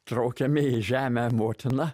traukiami į žemę motiną